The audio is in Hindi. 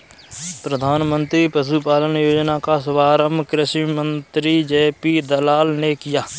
प्रधानमंत्री पशुपालन योजना का शुभारंभ कृषि मंत्री जे.पी दलाल ने किया